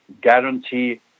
guarantee